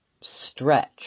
stretch